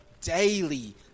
daily